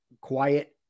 quiet